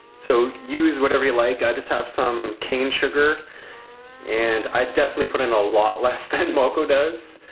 so use whatever you like. i just have some cane sugar and i definitely put in a lot less than mokko does.